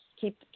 keep